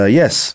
yes